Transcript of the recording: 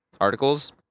articles